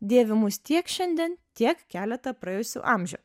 dėvimus tiek šiandien tiek keletą praėjusių amžių